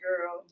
girl